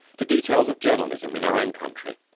to details of journalism in our own country.